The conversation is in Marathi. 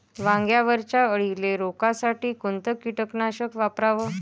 वांग्यावरच्या अळीले रोकासाठी कोनतं कीटकनाशक वापराव?